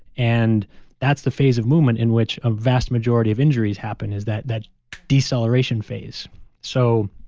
and that's the phase of movement in which a vast majority of injuries happen, is that that deceleration phase so,